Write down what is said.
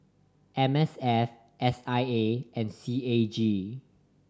M S F S I A and C A G